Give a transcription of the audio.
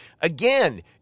again